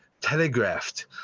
telegraphed